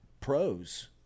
pros